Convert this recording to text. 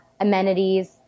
amenities